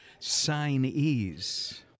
signees